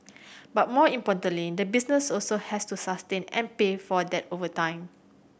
but more importantly the business also has to sustain and pay for that over time